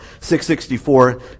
664